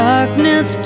Darkness